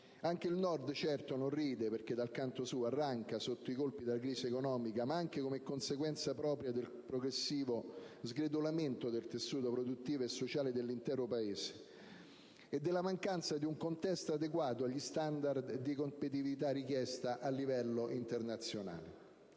anche il Nord certo non ride, perché dal canto suo arranca sotto i colpi della crisi economica, ma anche come conseguenza del progressivo sgretolamento del tessuto produttivo e sociale dell'intero Paese e della mancanza di un contesto adeguato agli standarddi competitività richiesti a livello internazionale.